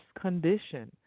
condition